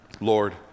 Lord